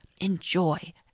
Enjoy